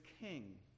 king